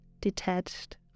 detached